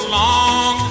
long